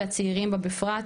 והצעירים בה בפרט,